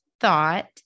thought